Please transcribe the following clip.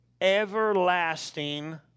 everlasting